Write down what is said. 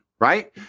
Right